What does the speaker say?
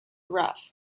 rough